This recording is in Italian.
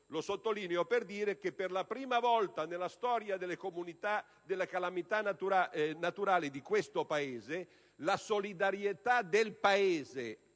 Lo sottolineo per dire che, per la prima volta nella storia delle calamità naturali di questo Paese, la solidarietà del Paese